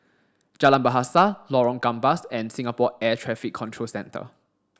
Jalan Bahasa Lorong Gambas and Singapore Air Traffic Control Centre